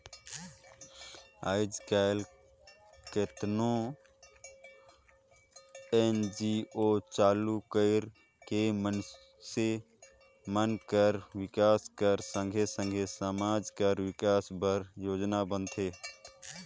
आएज काएल केतनो एन.जी.ओ चालू कइर के मइनसे मन कर बिकास कर संघे संघे समाज कर बिकास बर योजना बनाथे